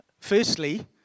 Firstly